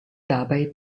dabei